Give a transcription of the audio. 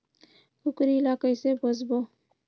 कूकरी ला कइसे पोसबो?